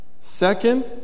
Second